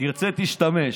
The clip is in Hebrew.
תרצה, תשתמש.